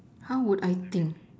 how would I think